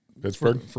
Pittsburgh